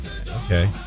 Okay